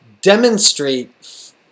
demonstrate